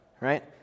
right